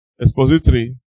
expository